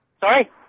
Sorry